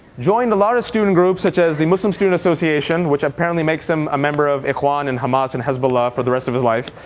joined a lot of student groups such as the muslim student association, which apparently makes him a member of ikhwan and hamas and hezbollah for the rest of his life.